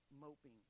moping